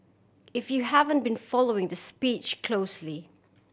if you haven't been following the speech closely